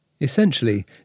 Essentially